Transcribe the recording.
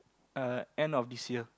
uh end of this year